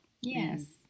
Yes